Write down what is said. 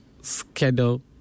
schedule